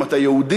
אם אתה יהודי